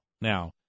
Now